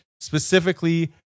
specifically